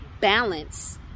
balance